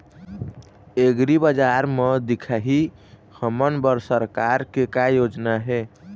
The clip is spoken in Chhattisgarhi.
एग्रीबजार म दिखाही हमन बर सरकार के का योजना हे?